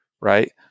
right